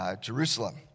Jerusalem